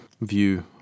view